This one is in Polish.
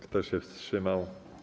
Kto się wstrzymał?